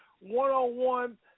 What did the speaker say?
one-on-one